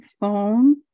phone